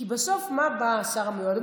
כי בסוף מה בא השר המיועד?